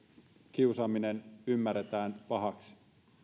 kiusaaminen ymmärretään pahaksi